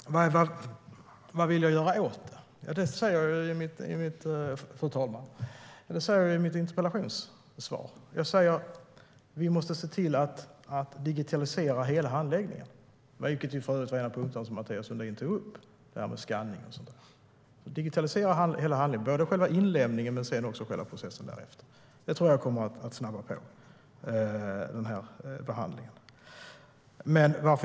Fru talman! Vad vill jag göra åt det? Det säger jag i mitt interpellationssvar. Jag säger att vi måste digitalisera hela handläggningen. Mathias Sundin tog själv upp skanning och sådant. En digitalisering av handläggningen, både inlämning och processen därefter, tror jag kommer att snabba på behandlingen.